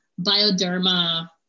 bioderma